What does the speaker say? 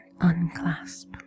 unclasp